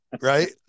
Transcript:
right